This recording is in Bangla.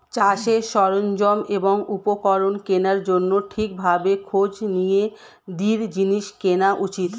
চাষের সরঞ্জাম এবং উপকরণ কেনার জন্যে ঠিক ভাবে খোঁজ নিয়ে দৃঢ় জিনিস কেনা উচিত